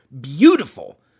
beautiful